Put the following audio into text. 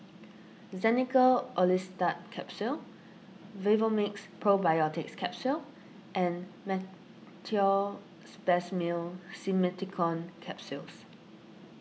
Xenical Orlistat Capsules Vivomixx Probiotics Capsule and Meteospasmyl Simeticone Capsules